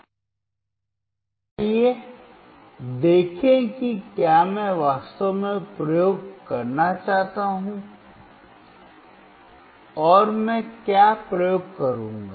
तो आइए देखें कि क्या मैं वास्तव में प्रयोग करना चाहता हूं और मैं क्या प्रयोग करूंगा